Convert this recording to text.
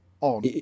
on